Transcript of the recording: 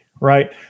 right